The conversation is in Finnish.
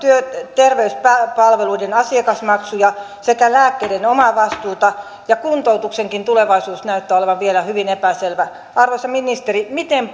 terveyspalveluiden asiakasmaksuja sekä lääkkeiden omavastuuta ja kuntoutuksenkin tulevaisuus näyttää olevan vielä hyvin epäselvä arvoisa ministeri miten